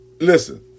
Listen